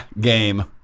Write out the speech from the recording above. game